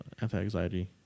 anti-anxiety